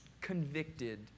convicted